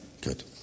Good